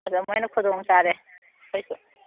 ꯑꯗꯨ ꯑꯃꯨꯛ ꯍꯦꯟꯅ ꯈꯨꯗꯣꯡ ꯆꯥꯔꯦ